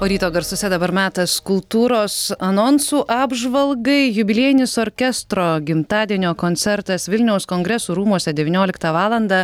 o ryto garsuose dabar metas kultūros anonsų apžvalgai jubiliejinis orkestro gimtadienio koncertas vilniaus kongresų rūmuose devynioliktą valandą